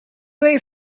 they